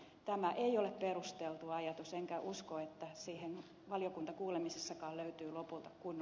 tämä ei ole perusteltu ajatus enkä usko että siihen valiokuntakuulemisessakaan löytyy lopulta kun